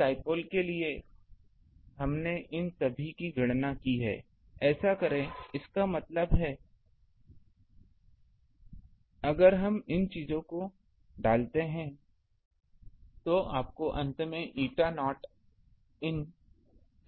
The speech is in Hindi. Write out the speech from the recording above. तो डाइपोल के लिए हमने इन सभी की गणना की है ऐसा करें इसका मतलब है अगर हम इन चीजों को डालते हैं तो आपको अंत में एटा नॉट इन